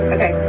Okay